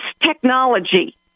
technology